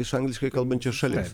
iš angliškai kalbančios šalies